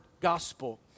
gospel